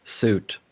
suit